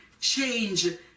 change